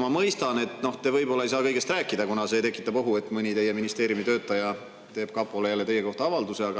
Ma mõistan, et te võib-olla ei saa kõigest rääkida, kuna see tekitab ohu, et mõni teie ministeeriumi töötaja teeb kapole jälle teie kohta avalduse,